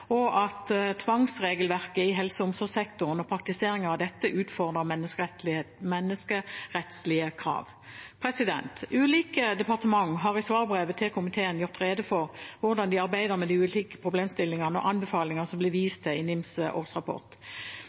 og at tvangsregelverket i helse- og omsorgssektoren og praktiseringen av dette utfordrer menneskerettslige krav. Ulike departementer har i svarbrevet til komiteen gjort rede for hvordan de arbeider med de ulike problemstillingene og anbefalingene som det blir vist til i NIMs årsrapport.